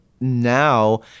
now